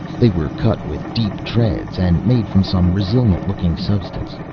they were cut with deep treads and made from some resilient looking substance.